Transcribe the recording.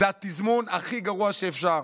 זה התזמון הכי גרוע שאפשר.